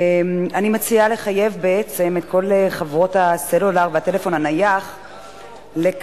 אני מציעה לחייב בעצם את כל חברות הסלולר והטלפון הנייח לקבע